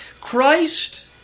Christ